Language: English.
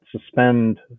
suspend